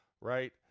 right